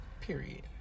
Period